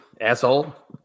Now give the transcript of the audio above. asshole